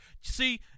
see